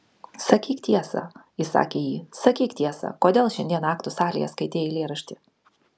sakyk tiesą įsakė ji sakyk tiesą kodėl šiandien aktų salėje skaitei eilėraštį